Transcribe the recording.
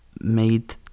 made